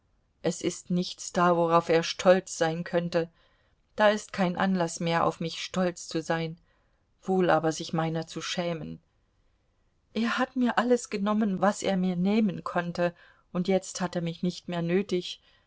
es ist nichts da worauf er stolz sein könnte da ist kein anlaß mehr auf mich stolz zu sein wohl aber sich meiner zu schämen er hat mir alles genommen was er mir nehmen konnte und jetzt hat er mich nicht mehr nötig